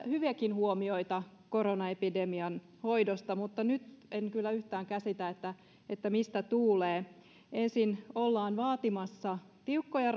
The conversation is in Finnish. hyviäkin huomioita koronaepidemian hoidosta mutta nyt en kyllä yhtään käsitä mistä tuulee ensin ollaan vaatimassa tiukkoja